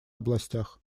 областях